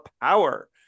power